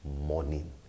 morning